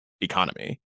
economy